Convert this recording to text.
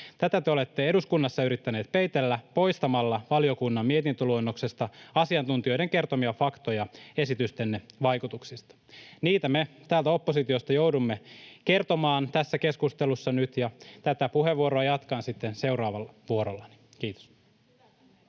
Tätä te olette eduskunnassa yrittäneet peitellä poistamalla valiokunnan mietintöluonnoksesta asiantuntijoiden kertomia faktoja esitystenne vaikutuksista. Niitä me täältä oppositiosta joudumme kertomaan tässä keskustelussa nyt, ja tätä puheenvuoroa jatkan sitten seuraavalla vuorollani. — Kiitos.